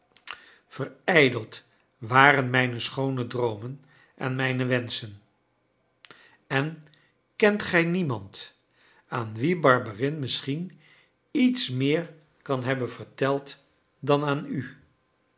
verijdeld waren mijne schoone droomen en mijne wenschen en kent gij niemand aan wien barberin misschien iets meer kan hebben verteld dan aan u